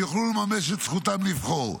שיוכלו לממש את זכותם לבחור.